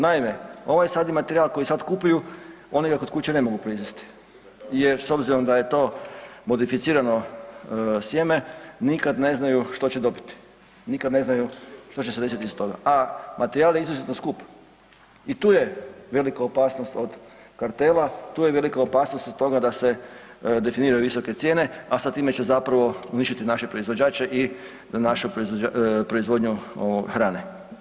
Naime, ovaj sadni materijal koji sad kupuju oni ga kod kuće ne mogu proizvesti jer s obzirom da je to modificirano sjeme nikad ne znaju što će dobiti, nikad ne znaju što će se desiti iz toga, a materijal je izuzetno skup i tu je velika opasnost od kartela, tu je velika opasnost od toga da se definiraju visoke cijene, a sa time će zapravo uništiti naše proizvođače i našu proizvodnju hrane.